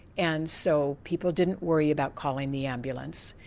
and so people didn't worry about calling the ambulance.